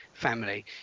family